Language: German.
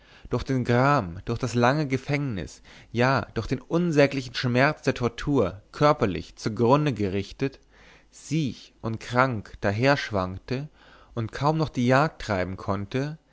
durch den gram durch das lange gefängnis ja durch den unsäglichen schmerz der tortur körperlich zugrunde gerichtet siech und krank daherschwankte und kaum noch die jagd treiben konnte